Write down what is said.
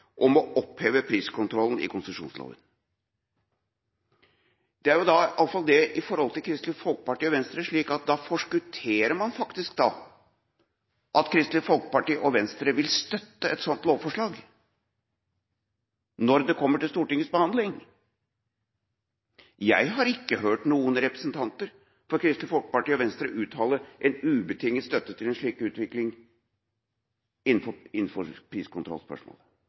om å oppheve priskontrollen i konsesjonsloven.» I hvert fall i forholdet til Kristelig Folkeparti og Venstre forskutterer man faktisk da at Kristelig Folkeparti og Venstre vil støtte et sånt lovforslag når det kommer til behandling i Stortinget. Jeg har ikke hørt noen representanter fra Kristelig Folkeparti og Venstre uttale en ubetinget støtte til en slik utvikling når det gjelder priskontrollspørsmålet.